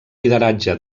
lideratge